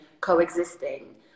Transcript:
coexisting